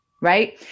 Right